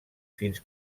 fins